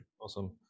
Awesome